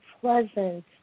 pleasant